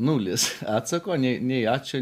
nulis atsako nei nei ačiū